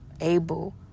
able